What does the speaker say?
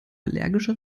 allergische